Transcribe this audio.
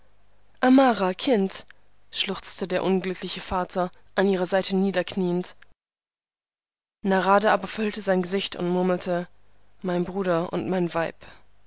amara kind schluchzte der unglückliche vater an ihrer seite niederknieend narada aber verhüllte sein gesicht und murmelte mein bruder und mein weib